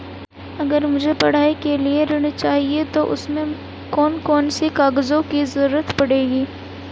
अगर मुझे पढ़ाई के लिए ऋण चाहिए तो उसमें कौन कौन से कागजों की जरूरत पड़ेगी?